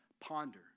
ponder